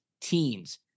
teams